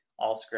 Allscripts